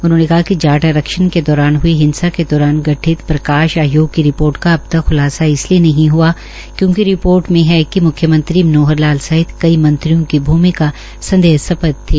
उन्होंने कहा कि जा आरक्षण के दौरान हुई हिंसा के दौरान गठित प्रकाश आयोग की रिपोर्ध का अब तक ख्लासा इसलिए नहीं हआ क्योंकि रिपोर्श में ह कि मुख्यमंत्री मनोहर लाल सहित कई मंत्रियों की भूमिका संदेहस्पद थी